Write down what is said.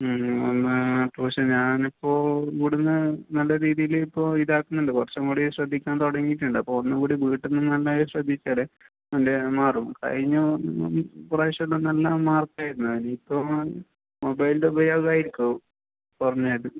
ഉം എന്നാൽ പക്ഷെ ഞാൻ ഇപ്പോൾ ഇവിടെ നിന്ന് നല്ല രീതിയിൽ ഇപ്പോൾ ഇതാക്കുന്നുണ്ട് കുറച്ചും കൂടി ശ്രദ്ധിക്കാൻ തുടങ്ങിയിട്ടുണ്ട് അപ്പോൾ ഒന്നും കൂടി വീട്ടിൽ നിന്ന് നന്നായി ശ്രദ്ധിച്ചാൽ നല്ല മാറും കഴിഞ്ഞ പ്രാവശ്യം എല്ലാം നല്ല മാർക്ക് ആയിരുന്നു ഇനി ഇപ്പം മൊബൈലിൻ്റെ ഉപയോഗമായിരിക്കും കുറഞ്ഞത്